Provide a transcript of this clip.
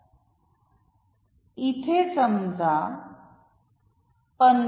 इथे असं समजा 15